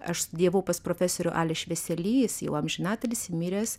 aš studijavau pas profesorių ali švieseli jis jau amžiną atilsį miręs